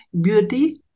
beauty